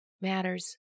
matters